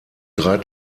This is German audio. drei